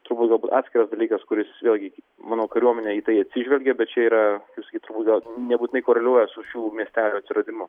turbūt galbūt atskiras dalykas kuris vėlgi manau kariuomenė į tai atsižvelgė bet čia yra kaip sakyt turbūt gal nebūtinai koreliuoja su šių miestelių atsiradimu